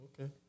Okay